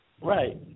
Right